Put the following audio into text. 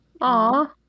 Aww